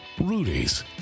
Rudy's